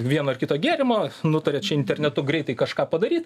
vieno ar kito gėrimo nutarėt čia internetu greitai kažką padaryt